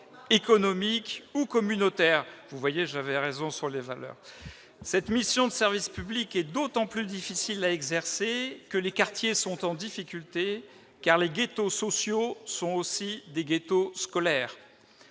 monsieur le ministre, toute la justesse de ma remarque sur les valeurs ! Cette mission de service public est d'autant plus difficile à exercer que les quartiers sont en difficultés, car les ghettos sociaux sont aussi des ghettos scolaires.